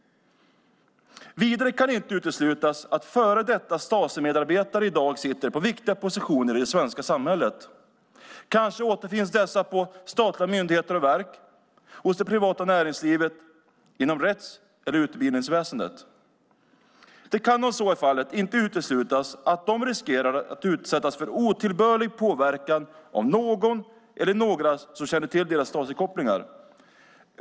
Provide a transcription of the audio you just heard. Vidare kan det inte uteslutas att före detta Stasimedarbetare i dag sitter på viktiga positioner i det svenska samhället. Kanske återfinns dessa hos statliga myndigheter och verk, hos det privata näringslivet, inom rättsväsendet eller inom utbildningsväsendet. Det kan, om så är fallet, inte uteslutas att de riskerar att utsättas för otillbörlig påverkan av någon eller några som känner till deras Stasikopplingar.